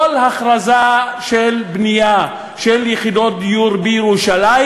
כל הכרזה על בניית יחידות דיור בירושלים